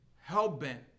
hell-bent